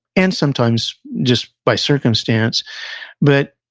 and sometimes, just by circumstance but,